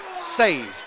Saved